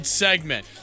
segment